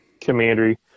commandery